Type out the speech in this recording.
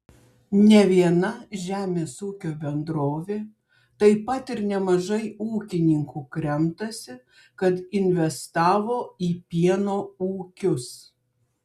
ne viena žemės ūkio bendrovė taip pat ir nemažai ūkininkų kremtasi kad investavo į pieno ūkius